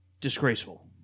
Disgraceful